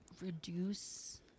reduce